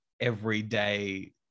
everyday